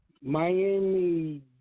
Miami